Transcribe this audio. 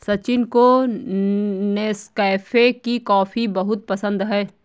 सचिन को नेस्कैफे की कॉफी बहुत पसंद है